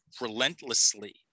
relentlessly